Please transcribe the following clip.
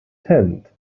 tent